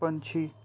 ਪੰਛੀ